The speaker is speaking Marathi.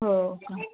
हो का